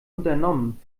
unternommen